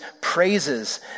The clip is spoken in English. praises